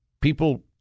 people